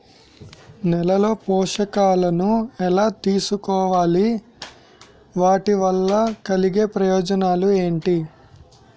నేలలో పోషకాలను ఎలా తెలుసుకోవాలి? వాటి వల్ల కలిగే ప్రయోజనాలు ఏంటి?